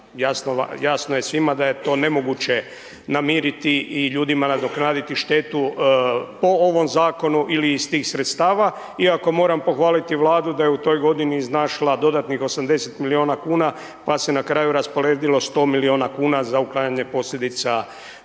jasno je svima da je to nemoguće namiriti i ljudima nadoknaditi štetu, po ovom zakonu ili iz tih sredstava, iako moram pohvaliti Vladu da je u toj godini iznašla dodatnih 80 milijuna kuna pa se na kraju rasporedilo 100 milijuna kuna za uklanjanje posljedice šteta